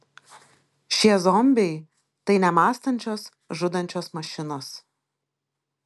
šie zombiai tai nemąstančios žudančios mašinos